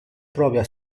propria